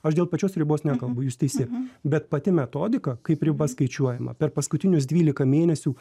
aš dėl pačios ribos nekalbu jūs teisi bet pati metodika kaip riba skaičiuojama per paskutinius dvylika mėnesių